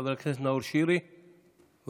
חבר הכנסת נאור שירי, בבקשה,